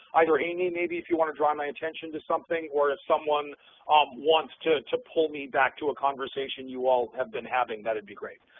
either, amy, maybe if you want to draw my attention to something, or if someone um wants to to pull me back to a conversation you all have been having, that would be great.